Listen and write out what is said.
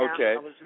Okay